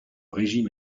régime